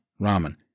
ramen